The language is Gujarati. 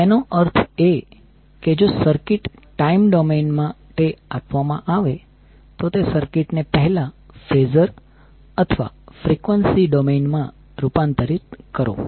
તેનો અર્થ એ કે જો સર્કિટ ટાઇમ ડોમેઇન માટે આપવામાં આવે તો તે સર્કિટ ને પહેલા ફેઝર અથવા ફ્રીક્વન્સી ડોમેઇન માં રૂપાંતરિત કરો